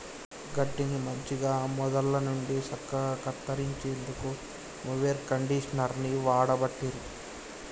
గడ్డిని మంచిగ మొదళ్ళ నుండి సక్కగా కత్తిరించేందుకు మొవెర్ కండీషనర్ని వాడబట్టిరి